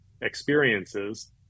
experiences